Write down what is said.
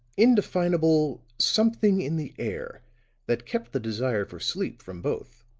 indefinable something in the air that kept the desire for sleep from both